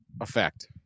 effect